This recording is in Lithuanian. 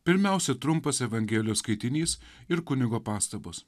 pirmiausia trumpas evangelijos skaitinys ir kunigo pastabos